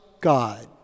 God